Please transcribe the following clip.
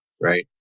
right